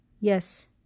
Yes